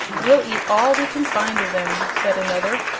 we'll eat all we can find of them, said another.